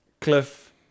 Cliff